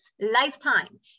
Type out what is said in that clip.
lifetime